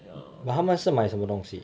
ya